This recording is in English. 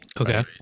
okay